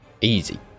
Easy